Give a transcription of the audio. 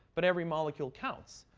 but every molecule counts.